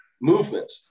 movement